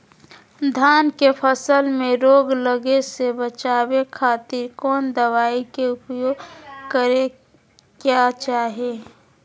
धान के फसल मैं रोग लगे से बचावे खातिर कौन दवाई के उपयोग करें क्या चाहि?